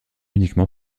uniquement